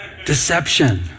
Deception